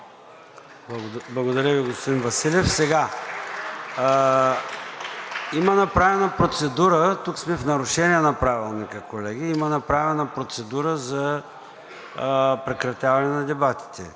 Благодаря Ви, господин Василев. Има направена процедура и тук сме в нарушение на Правилника, колеги. Има направена процедура за прекратяване на дебатите,